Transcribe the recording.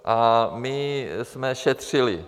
A my jsme šetřili.